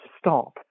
stop